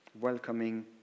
welcoming